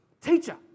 Teacher